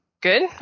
Good